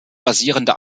basierende